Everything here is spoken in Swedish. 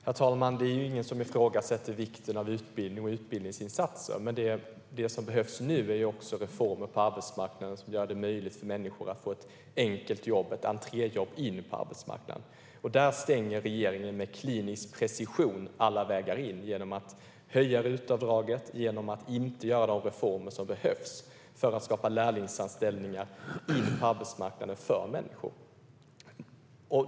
Herr talman! Det är ingen som ifrågasätter vikten av utbildning och utbildningsinsatser. Men det som behövs nu är reformer på arbetsmarknaden som gör det möjligt för människor att få ett enkelt jobb, ett entréjobb in på arbetsmarknaden. Där stänger regeringen med klinisk precision alla vägar in genom att höja RUT-avdraget och genom att inte göra de reformer som behövs för att skapa lärlingsanställningar på arbetsmarknaden för människor.